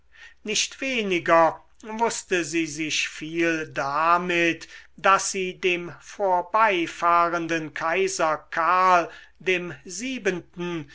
nicht weniger wußte sie sich viel damit daß sie dem vorbeifahrenden kaiser karl dem siebenten